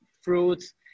fruits